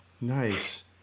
nice